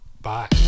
Bye